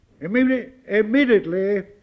Immediately